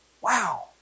Wow